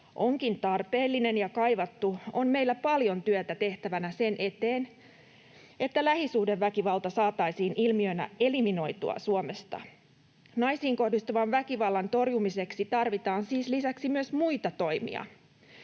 onkin tarpeellinen ja kaivattu, on meillä paljon työtä tehtävänä sen eteen, että lähisuhdeväkivalta saataisiin ilmiönä eliminoitua Suomesta. Naisiin kohdistuvan väkivallan torjumiseksi tarvitaan siis lisäksi myös muita toimia.